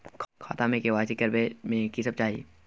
खाता के के.वाई.सी करबै में की सब चाही?